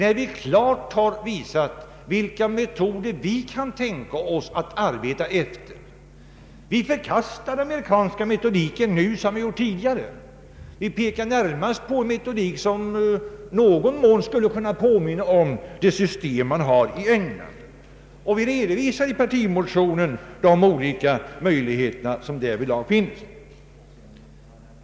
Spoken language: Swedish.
Vi har klart visat vilka metoder vi kan tänka oss att arbeta efter. Vi förkastar den amerikanska metodiken, nu som tidigare. Vi pekar närmast på en metodik som i någon mån skulle kunna påminna om det system man har i England. Vi redovisar i partimotionen de olika möjligheter som därvidlag finns.